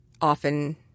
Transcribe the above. often